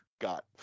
got